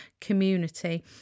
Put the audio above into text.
community